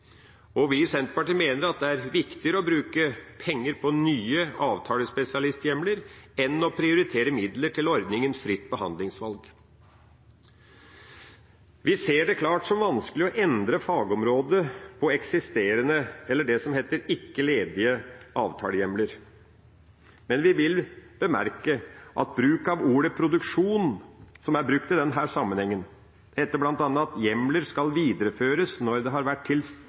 Vi i Senterpartiet mener at det er viktigere å bruke penger på nye avtalespesialisthjemler enn å prioritere midler til ordninga med fritt behandlingsvalg. Vi ser det klart som vanskelig å endre fagområdet på det som heter ikke-ledige avtalehjemler, men vi vil bemerke at bruken av ordet «produksjon», som er brukt i denne sammenhengen – det heter bl.a. at hjemler skal videreføres når det har vært